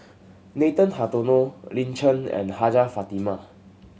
Nathan Hartono Lin Chen and Hajjah Fatimah